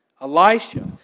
Elisha